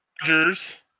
Dodgers